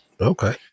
okay